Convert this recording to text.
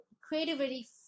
creativity